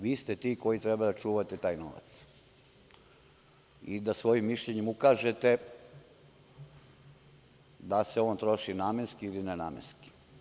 Vi ste ti koji treba da čuvate taj novac i da svojim mišljenjem ukažete da se on troši namenski ili nenamenski.